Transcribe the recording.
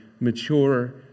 mature